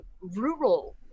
rural